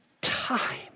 time